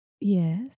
Yes